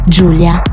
Giulia